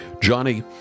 Johnny